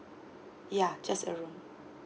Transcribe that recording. yeah just a room